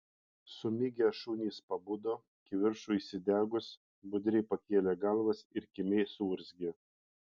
sumigę šunys pabudo kivirčui įsidegus budriai pakėlė galvas ir kimiai suurzgė